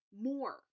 more